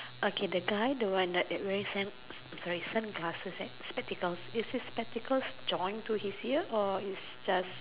okay the guy the one wearing sun sorry sunglasses and spectacles is it spectacles joined to his ears or is just